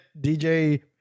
DJ